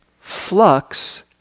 flux